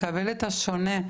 לקבל את השונה.